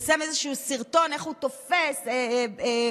שלוש דקות לרשותך, אדוני.